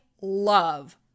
love